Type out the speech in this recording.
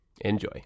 Enjoy